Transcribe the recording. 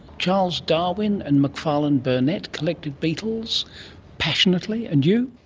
charles darwin and macfarlane burnet collected beetles passionately. and you?